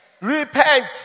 Repent